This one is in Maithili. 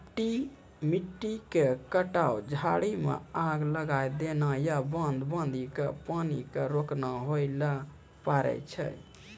मिट्टी के कटाव, झाड़ी मॅ आग लगाय देना या बांध बांधी कॅ पानी क रोकना होय ल पारै छो